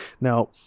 Now